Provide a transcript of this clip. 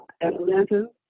Atlanta